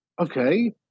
okay